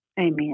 Amen